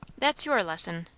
that's your lesson,